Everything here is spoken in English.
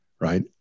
right